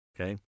Okay